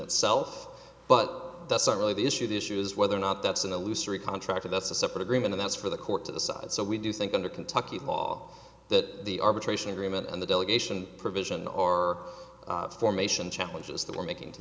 itself but that's not really the issue the issue is whether or not that's an illusory contract that's a separate agreement that's for the court to decide so we do think under kentucky law that the arbitration agreement and the delegation provision or formation challenges that we're making to